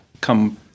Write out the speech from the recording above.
come